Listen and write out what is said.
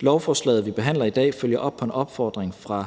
Lovforslaget, vi behandler i dag, følger op på en opfordring fra